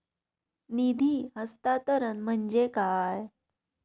निधी हस्तांतरण म्हणजे काय?